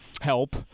help